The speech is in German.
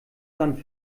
sand